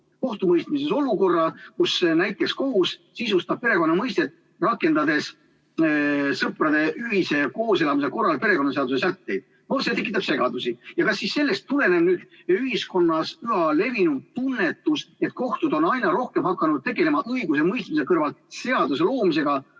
kohtumõistmises olukorra, kus näiteks kohus sisustab perekonna mõistet, rakendades sõprade ühise kooselamise korral perekonnaseaduse sätteid. See tekitab segadust. Kas sellest tulenev ühiskonnas üha levinum tunnetus, et kohtud on aina rohkem hakanud tegelema õigusemõistmise kõrval seaduse loomisega,